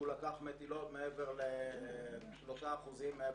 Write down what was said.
שהוא לקח מטילות ב-3% יותר.